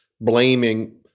blaming